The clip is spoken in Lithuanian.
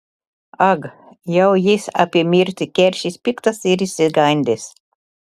ag jau jis apie mirtį keršis piktas ir išsigandęs